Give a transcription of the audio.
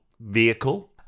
vehicle